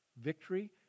victory